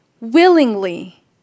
willingly